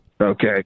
Okay